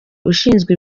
ushinzwe